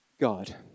God